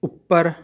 ਉੱਪਰ